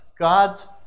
God's